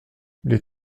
les